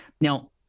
now